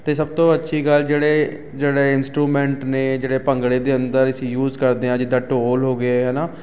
ਅਤੇ ਸਭ ਤੋਂ ਅੱਛੀ ਗੱਲ ਜਿਹੜੇ ਜਿਹੜੇ ਇੰਸਟਰੂਮੈਂਟ ਨੇ ਜਿਹੜੇ ਭੰਗੜੇ ਦੇ ਅੰਦਰ ਅਸੀਂ ਯੂਜ ਕਰਦੇ ਹਾਂ ਜਿੱਦਾਂ ਢੋਲ ਹੋ ਗਏ ਹੈ ਨਾ